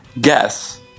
guess